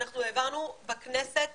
אנחנו העברנו בממשלה